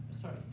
sorry